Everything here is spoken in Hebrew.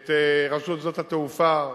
את רשות שדות התעופה,